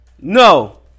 No